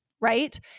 right